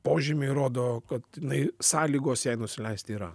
požymiai rodo kad jinai sąlygos jai nusileist yra